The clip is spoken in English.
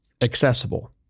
accessible